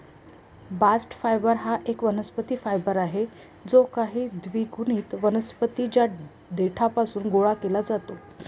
bast fibre हा एक वनस्पती फायबर आहे जो काही द्विगुणित वनस्पतीं च्या देठापासून गोळा केला जातो